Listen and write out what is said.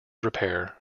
repair